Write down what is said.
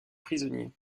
prisonniers